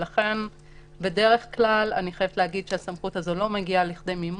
אבל אני חייבת להגיד שבדרך כלל הסמכות הזאת לא מגיעה לכדי מימוש.